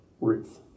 Ruth